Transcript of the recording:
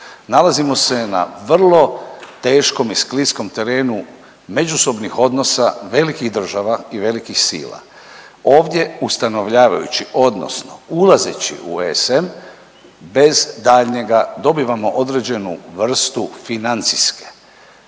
Nalazimo se na vrlo teškom i skliskom terenu međusobnih odnosa velikih država i velikih sila. Ovdje ustanovljavajući, odnosno ulazeći u SM bez daljnjega dobivamo određenu vrstu financijske,